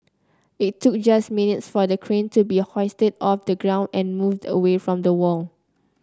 it took just minutes for the crane to be hoisted off the ground and moved away from the wall